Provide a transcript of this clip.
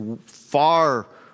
far